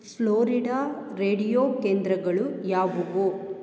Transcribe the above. Florida radio ಕೇಂದ್ರಗಳು ಯಾವುವು